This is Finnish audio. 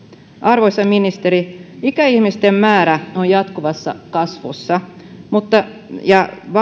arvoisa ministeri ikäihmisten määrä on jatkuvassa kasvussa ja